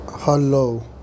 Hello